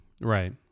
Right